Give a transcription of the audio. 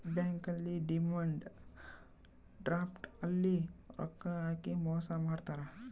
bank ಅಲ್ಲಿ demand draft ಅಲ್ಲಿ ರೊಕ್ಕ ಹಾಕಿ ಮೋಸ ಮಾಡ್ತಾರ